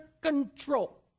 control